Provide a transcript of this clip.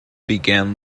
began